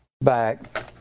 back